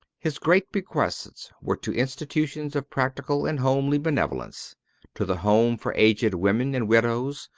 his great bequests were to institutions of practical and homely benevolence to the home for aged women and widows,